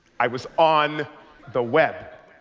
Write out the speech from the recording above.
i was on the web.